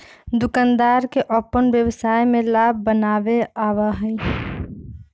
दुकानदार के अपन व्यवसाय में लाभ बनावे आवा हई